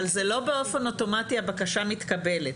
אבל לא באופן אוטומטי הבקשה מתקבלת.